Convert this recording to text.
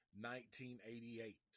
1988